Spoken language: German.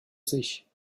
sich